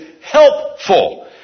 helpful